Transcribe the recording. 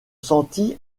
sentis